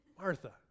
Martha